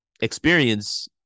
experience